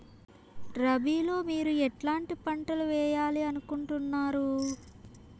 రబిలో మీరు ఎట్లాంటి పంటలు వేయాలి అనుకుంటున్నారు?